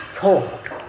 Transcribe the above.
thought